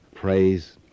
praise